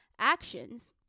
Actions